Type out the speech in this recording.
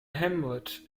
hamlet